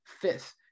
fifth